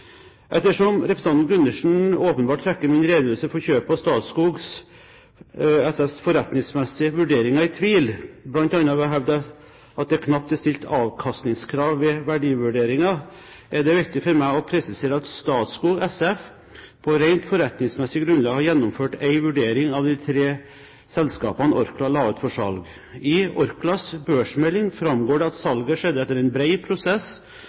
Ettersom representanten Gundersen åpenbart trekker min redegjørelse for kjøpet av Statskog SFs forretningsmessige vurderinger i tvil, bl.a. ved å hevde at det knapt er stilt avkastningskrav ved verdivurderingen, er det viktig for meg å presisere at Statskog SF på rent forretningsmessig grunnlag har gjennomført en vurdering av de tre selskapene Orkla la ut for salg. I Orklas børsmelding framgår det at salget skjedde etter en bred prosess,